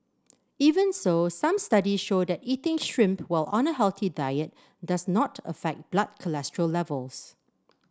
even so some studies show that eating shrimp while on a healthy diet does not affect blood cholesterol levels